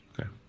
Okay